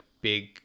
big